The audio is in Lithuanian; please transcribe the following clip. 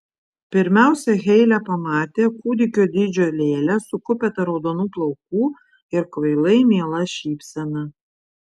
pirmiausia heile pamatė kūdikio dydžio lėlę su kupeta raudonų plaukų ir kvailai miela šypsena